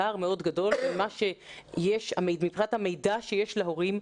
פער מאוד גדול מבחינת המידע שיש להורים,